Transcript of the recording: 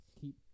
keep